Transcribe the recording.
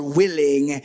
willing